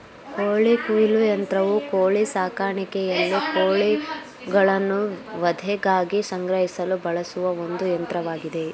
ಕೋಳಿ ಕೊಯ್ಲು ಯಂತ್ರವು ಕೋಳಿ ಸಾಕಾಣಿಕೆಯಲ್ಲಿ ಕೋಳಿಗಳನ್ನು ವಧೆಗಾಗಿ ಸಂಗ್ರಹಿಸಲು ಬಳಸುವ ಒಂದು ಯಂತ್ರವಾಗಿದೆ